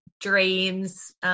dreams